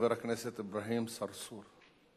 חבר הכנסת אברהים צרצור.